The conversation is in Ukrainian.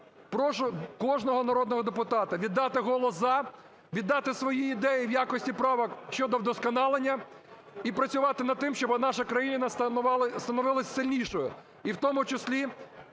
прошу кожного народного депутата віддати голос "за", віддати свої ідеї в якості правок щодо вдосконалення і працювати над тим, щоби наша країна становилася сильнішою, і в тому числі